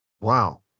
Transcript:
Wow